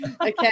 okay